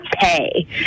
pay